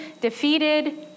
defeated